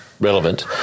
relevant